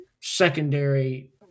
secondary